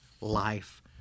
life